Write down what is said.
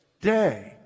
day